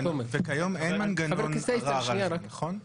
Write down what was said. וכיום אין מנגנון ערר על זה, נכון?